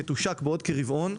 שתושק בעוד כרבעון,